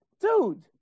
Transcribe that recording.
dude